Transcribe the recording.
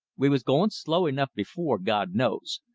we was going slow enough before, god knows,